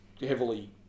heavily